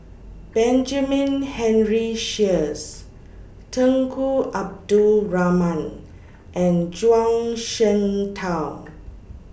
Benjamin Henry Sheares Tunku Abdul Rahman and Zhuang Shengtao